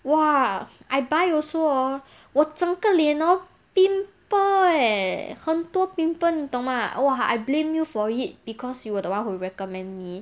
!wah! I buy also orh 我整个脸 orh pimple eh 很多 pimple 你懂吗 !wah! I blame you for it because you were the one who recommend me